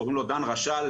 קוראים לו דן רשל,